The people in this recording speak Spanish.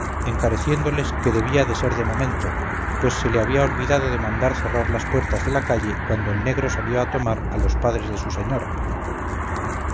amo encareciéndoles que debía de ser de momento pues se le había olvidado de mandar cerrar las puertas de la calle cuando el negro salió a llamar a los padres de su señora